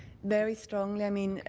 very strongly. i mean,